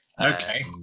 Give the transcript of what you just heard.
Okay